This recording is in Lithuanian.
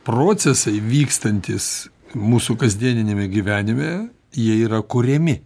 procesai vykstantys mūsų kasdieniniame gyvenime jie yra kuriami